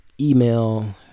email